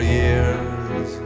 years